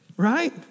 right